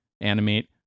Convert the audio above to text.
animate